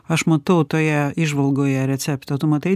aš matau toje įžvalgoje recepto tu matai